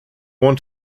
want